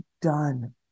done